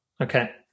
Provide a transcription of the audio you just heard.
Okay